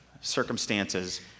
circumstances